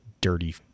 dirty